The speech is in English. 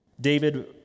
David